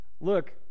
Look